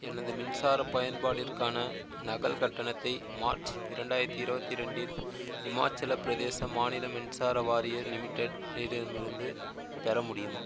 எனது மின்சார பயன்பாட்டிர்கான நகல் கட்டணத்தை மார்ச் இரண்டாயிரத்தி இருபத்தி ரெண்டில் ஹிமாச்சலப் பிரதேச மாநில மின்சார வாரிய லிமிடெட் இடமிருந்து பெற முடியுமா